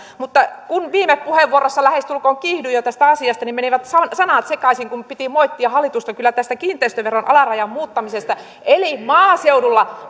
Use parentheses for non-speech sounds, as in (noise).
mutta kun viime puheenvuorossa lähestulkoon kiihdyin jo tästä asiasta niin menivät sanat sekaisin kun kun piti moittia hallitusta tästä kiinteistöveron alarajan muuttamisesta eli maaseudulla (unintelligible)